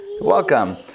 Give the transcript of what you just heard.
Welcome